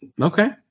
Okay